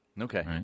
Okay